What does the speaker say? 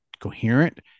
coherent